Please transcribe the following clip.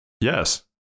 Yes